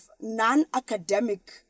non-academic